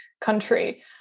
country